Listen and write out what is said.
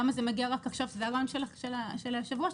למה זה מגיע רק עכשיו שזה היה רעיון של היושב ראש?